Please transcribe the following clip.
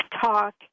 talk